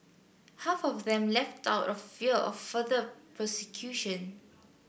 half of them left out of fear of further persecution